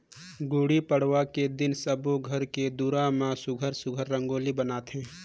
गुड़ी पड़वा के दिन सब्बो घर के दुवार म सुग्घर सुघ्घर रंगोली बनाथे